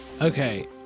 Okay